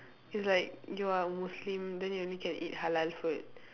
it's like you are a muslim then you only can eat halal food